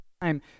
time